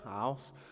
house